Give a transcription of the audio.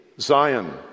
Zion